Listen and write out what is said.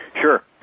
Sure